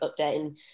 updating